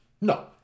No